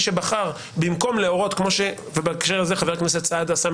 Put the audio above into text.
שבחר במקום להורות בהקשר הזה חבר הכנסת סעדה שם